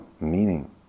meaning